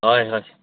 ꯍꯣꯏ ꯍꯣꯏ